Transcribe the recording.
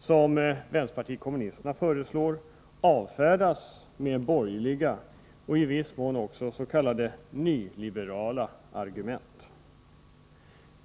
som vänsterpartiet kommunisterna föreslår avfärdas med borgerliga, och i viss mån också s.k. nyliberala, argument.